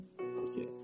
Okay